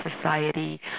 society